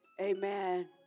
Amen